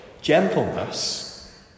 Gentleness